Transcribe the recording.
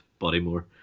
Bodymore